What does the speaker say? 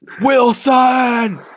Wilson